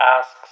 asks